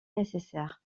nécessaire